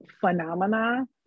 phenomena